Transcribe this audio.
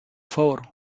favor